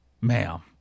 Ma'am